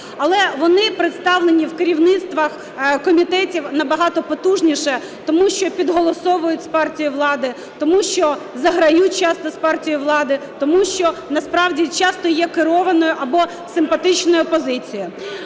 але вони представлені в керівництвах комітетів набагато потужніше, тому що підголосовують з партією влади, тому що заграють часто з партією влади, тому що насправді часто є керованою або симпатичною опозицією.